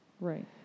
Right